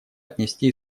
отнести